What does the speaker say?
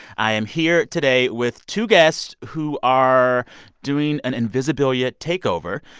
i am here today with two guests who are doing an invisibilia takeover,